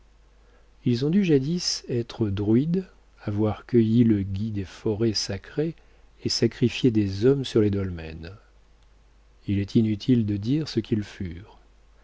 ils ont dû jadis être druides avoir cueilli le gui des forêts sacrées et sacrifié des hommes sur les dolmen il est inutile de dire ce qu'ils furent